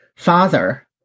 Father